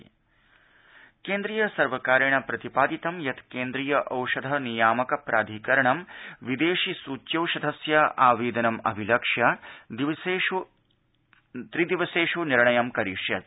सूच्यौषध अनुमति केन्द्रीय सर्वकारेण प्रतिपादितं यत् केन्द्रीय औषध नियामक प्राधिकरणं विदेशि सूच्यौषधस्य आवेदनं अभिलक्ष्य त्रिदिवसेष् निर्णयं करिष्यति